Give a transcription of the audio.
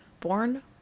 born